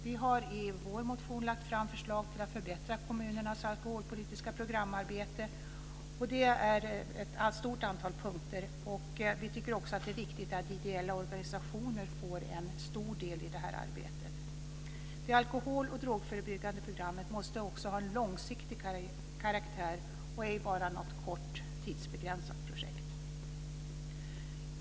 Vi har i vår motion lagt fram förslag till att förbättra kommunernas alkoholpolitiska programarbete på ett stort antal punkter. Vi tycker också att det är viktigt att ideella organisationer får en stor del i detta arbete. Det alkohol och drogförebyggande programmet måste också ha en långsiktig karaktär och ej vara något kort, tidsbegränsat projekt.